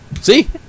See